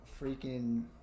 freaking